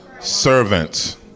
Servants